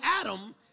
Adam